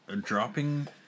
Dropping